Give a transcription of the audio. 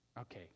okay